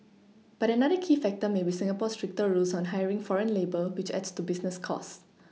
but another key factor may be Singapore's stricter rules on hiring foreign labour which adds to business costs